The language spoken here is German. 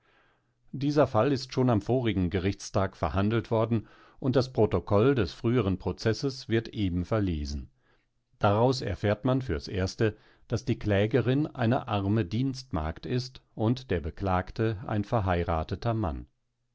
dieser fall ist schon am vorigen gerichtstag verhandelt worden und das protokoll des früheren prozesses wird eben verlesen daraus erfährt man fürs erste daß die klägerin eine arme dienstmagd ist und der beklagte ein verheirateter mann